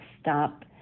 stop